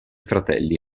fratelli